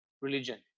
religion